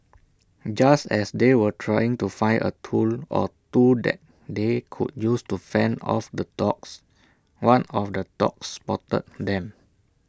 just as they were trying to find A tool or two that they could use to fend off the dogs one of the dogs spotted them